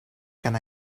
can